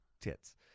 tits